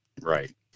right